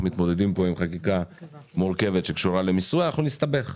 מתמודדים פה עם חקיקה מורכבת שקשורה למיסוי ואנחנו נסתבך בתקנות.